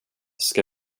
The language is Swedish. ska